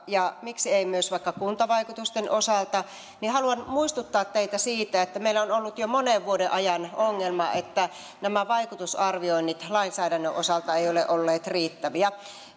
ja miksi ei myös vaikka kuntavaikutusten osalta haluan muistuttaa teitä siitä että meillä on ollut jo monen vuoden ajan ongelma että nämä vaikutusarvioinnit lainsäädännön osalta eivät ole olleet riittäviä